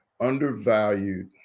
undervalued